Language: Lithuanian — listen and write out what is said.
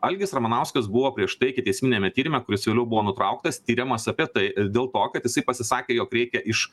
algis ramanauskas buvo prieš tai ikiteisminiame tyrime kuris vėliau buvo nutrauktas tiriamas apie tai ir dėl to kad jisai pasisakė jog reikia iš